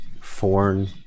foreign